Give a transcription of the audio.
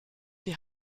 die